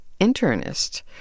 internist